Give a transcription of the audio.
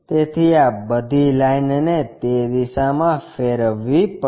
તેથી આ બધી લાઇનને તે દિશામાં ફેરવવી પડશે